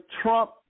Trump